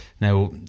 now